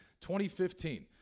2015